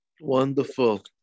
Wonderful